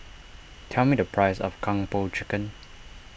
tell me the price of Kung Po Chicken